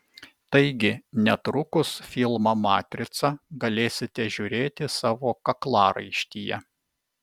taigi netrukus filmą matrica galėsite žiūrėti savo kaklaraištyje